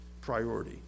priority